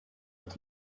that